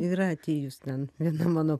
yra atėjus ten viena mano